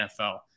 NFL